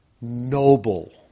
noble